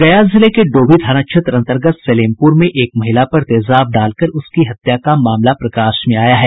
गया जिले के डोभी थाना क्षेत्र अंतर्गत सलेमपुर में एक महिला पर तेजाब डालकर उसकी हत्या का मामला प्रकाश में आया है